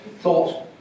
thought